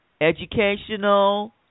educational